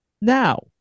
Now